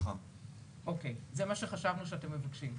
אוקיי, זה מה שחשבנו שאתם מבקשים.